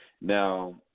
Now